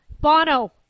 Bono